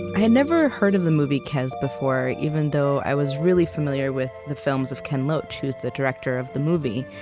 i had never heard of the movie kes before even though i was really familiar with the films of ken loach, who's the director of the movie.